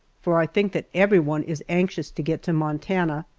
for i think that everyone is anxious to get to montana,